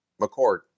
McCord